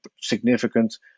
significant